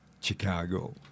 Chicago